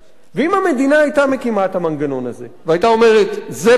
אם המדינה היתה מקימה את המנגנון הזה והיתה אומרת: זה פליט,